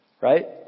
Right